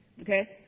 okay